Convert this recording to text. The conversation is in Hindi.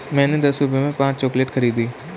मैंने दस रुपए में पांच चॉकलेट खरीदी